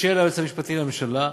של היועץ המשפטי לממשלה,